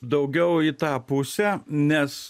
daugiau į tą pusę nes